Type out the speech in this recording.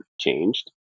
changed